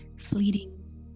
fleeting